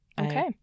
Okay